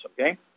okay